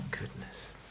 goodness